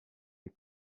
des